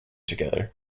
together